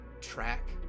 track